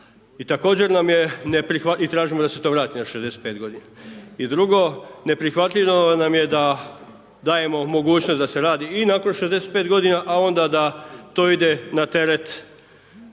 I također nam je neprihvatljivo, i tražimo da se to vrati na 65 godina. I drugo neprihvatljivo nam je da dajemo mogućnost da se radi i nakon 65 godina a onda da to ide na teret